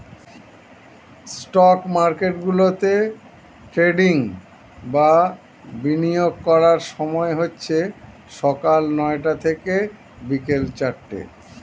stock মার্কেটগুলোতে trading বা বিনিয়োগ করার সময় হচ্ছে সকাল নয়টা থেকে বিকেল চারটে